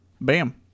bam